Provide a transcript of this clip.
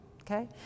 Okay